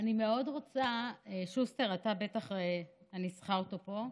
אני מאוד רוצה, שוסטר, אני צריכה אותו פה.